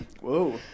Whoa